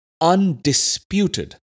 undisputed